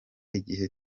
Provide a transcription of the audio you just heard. igihe